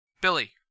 Billy